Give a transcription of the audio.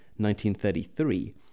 1933